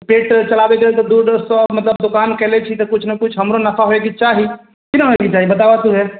पेट चलाबैके लेल तऽ डेढ़ सओ मतलब दोकान कइले छी तऽ किछु ने किछु हमरो नफा होइके चाही ठीक ने बताबऽ तूहेँ